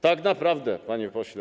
Tak, naprawdę, panie pośle.